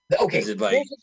Okay